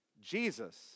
Jesus